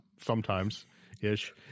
sometimes-ish